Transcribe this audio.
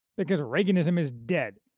because reaganism is dead,